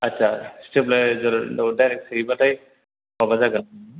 आदसा च्टेब लाइजार डाइरिक सोयोबाथाय माबा जागोन